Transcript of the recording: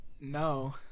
no